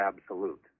absolute